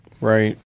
Right